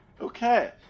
Okay